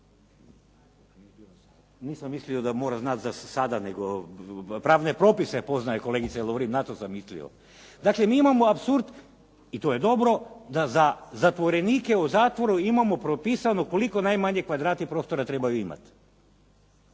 Nisam mislio da mora znati za sada nego pravne propise poznaje kolegice Lovrin, na to sam mislio. Dakle, mi imamo apsurd i to je dobro da za zatvorenike u zatvoru imamo propisano koliko najmanje kvadrata i prostora trebaju imati.